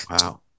Wow